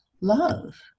love